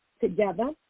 together